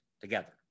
together